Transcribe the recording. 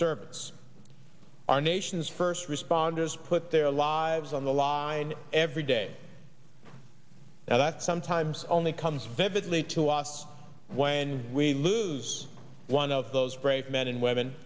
servants our nation's first responders put their lives on the line every day that sometimes only comes vividly to us when we lose one of those brave men and